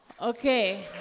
Okay